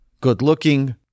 good-looking